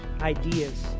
ideas